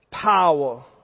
power